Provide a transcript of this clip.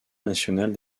nationale